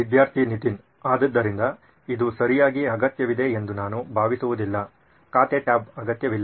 ವಿದ್ಯಾರ್ಥಿ ನಿತಿನ್ ಆದ್ದರಿಂದ ಇದು ಸರಿಯಾಗಿ ಅಗತ್ಯವಿದೆ ಎಂದು ನಾನು ಭಾವಿಸುವುದಿಲ್ಲ ಖಾತೆ ಟ್ಯಾಬ್ ಅಗತ್ಯವಿಲ್ಲ